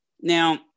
Now